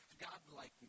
God-like